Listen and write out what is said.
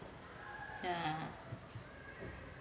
yeah